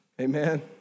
Amen